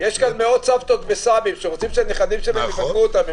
יש כאן מאות סבתות וסבים שרוצים שהנכדים שלהם יבקרו אותם.